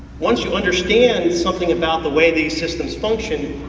once you understand something about the way these systems function,